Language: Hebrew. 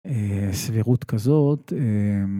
אה...סבירות כזאת, אה...